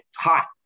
hot